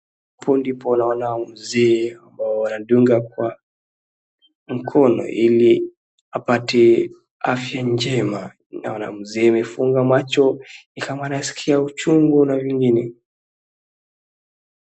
Hapo ndipo naona mzee wanamdunga mkono ili apata afya jema, naona mzee amefunga macho nikama anasikia uchungu na vingine.